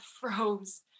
froze